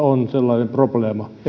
on sellainen probleema